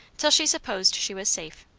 till she supposed she was safe.